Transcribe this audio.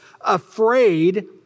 afraid